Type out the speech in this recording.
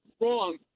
wrong